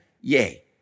yay